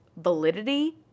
validity